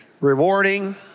rewarding